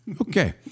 Okay